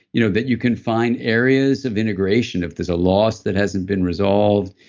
you know that you can find areas of integration. if there's a loss that hasn't been resolved,